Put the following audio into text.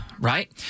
right